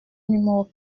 numéro